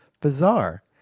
bizarre